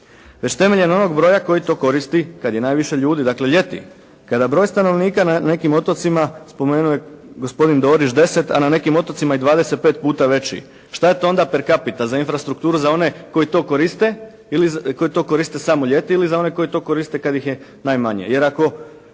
već temeljem onog broja koji to koristi kad je najviše ljudi, dakle ljeti. Kada broj stanovnika na nekim otocima, spomenuo je gospodin Dorić 10, a na nekim otocima i 25 puta veći. Što je to onda per capita za infrastrukturu za one koji to koriste, koji to koriste samo ljeti ili za one koji to koriste kad ih je najmanje.